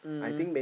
um